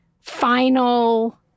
final